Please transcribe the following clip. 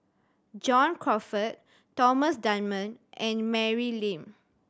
John Crawfurd Thomas Dunman and Mary Lim